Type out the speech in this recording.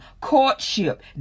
courtship